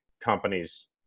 companies